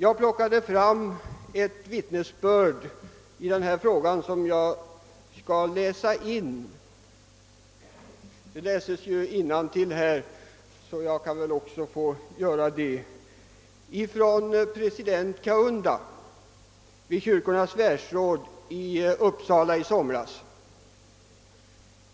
Jag har funnit ett vittnesbörd i denna fråga, som jag skall läsa in i kammarens protokoll — andra har ju läst innantill här, varför jag väl också kan få göra det. Det är ett uttalande av president Kaunda från Zambia vid kyrkornas världsråd i Uppsala i som ras.